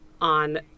on